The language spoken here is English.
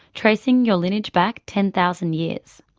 tracing your lineage back ten thousand years.